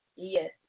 Yes